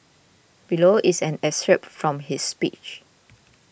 below is an excerpt from his speech